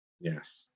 Yes